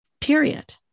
period